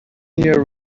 year